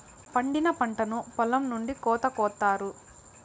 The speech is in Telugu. పండిన పంటను పొలం నుండి కోత కొత్తారు